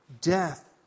Death